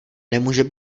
nemůže